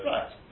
Right